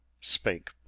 spake